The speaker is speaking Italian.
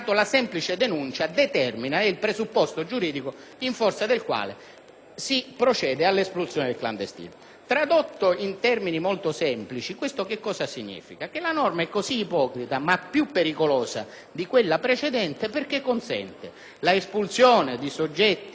si procede all'espulsione del clandestino. Tradotto in termini molto semplici questo significa che la norma è ipocrita e più pericolosa di quella precedente, perché consente l'espulsione anche di soggetti la cui condizione di irregolarità è controversa